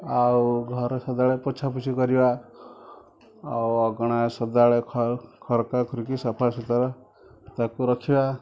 ଆଉ ଘରେ ସଦାବେଳେ ପୋଛାପୋଛି କରିବା ଆଉ ଅଗଣା ସଦାବେଳେ ଖରକାଖରିକି ସଫା ସୁତୁରା ତାକୁ ରଖିବା